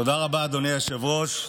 תודה רבה, אדוני היושב-ראש.